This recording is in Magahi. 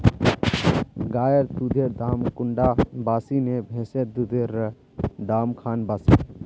गायेर दुधेर दाम कुंडा बासी ने भैंसेर दुधेर र दाम खान बासी?